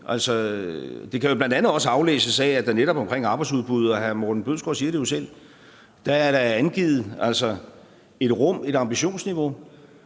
Det kan jo bl.a. også aflæses af, at der netop om arbejdsudbud, og hr. Morten Bødskov siger det jo selv, er angivet et rum, et ambitionsniveau.